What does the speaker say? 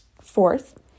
Fourth